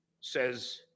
Says